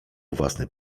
własny